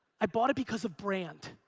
i bought it because of brand.